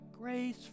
grace